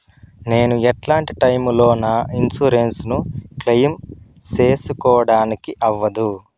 నేను ఎట్లాంటి టైములో నా ఇన్సూరెన్సు ను క్లెయిమ్ సేసుకోవడానికి అవ్వదు?